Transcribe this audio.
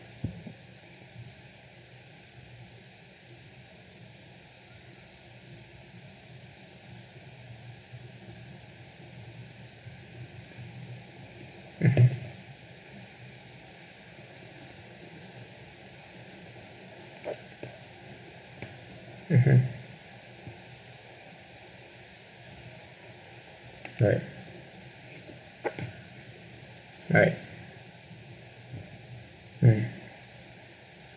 mmhmm mmhmm right right um